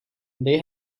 they